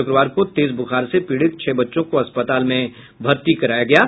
शुक्रवार को तेज बुखार से पीड़ित छह बच्चों को अस्पताल में भर्ती कराया गया है